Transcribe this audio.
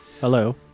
hello